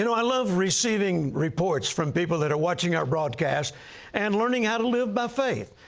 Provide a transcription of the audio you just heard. and i love receiving reports from people that are watching our broadcast and learning how to live by faith.